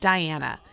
Diana